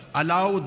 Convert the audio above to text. allow